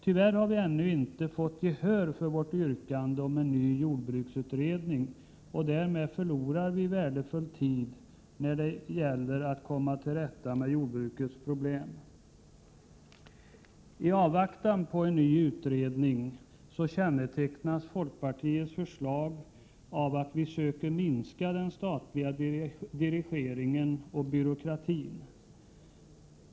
Tyvärr har vi ännu inte fått gehör för vårt yrkande om en ny jordbruksutredning, och därmed förlorar vi värdefull tid när det gäller att komma till rätta med jordbrukets problem. I avvaktan på en ny jordbruksutredning kännetecknas folkpartiets förslag av att vi försöker minska den statliga dirigeringen och byråkratin.